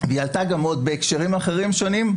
וזה עלה גם בהקשרים אחרים שונים,